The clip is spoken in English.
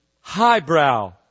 highbrow